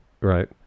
Right